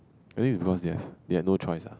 I think it's because they have they have no choice ah